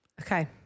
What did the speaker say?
Okay